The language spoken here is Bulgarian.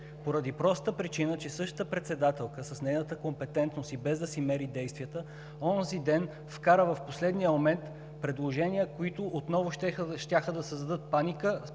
поради простата причина че същата председателка с нейната компетентност и без да си мери действията, онзи ден вкара в последния момент предложения, които отново щяха да създадат паника,